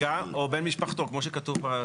גם, או בן משפחתו, כמו שכתוב.